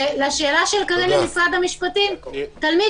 והשאלה של קארין למשרד המשפטים תלמיד